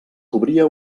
cobria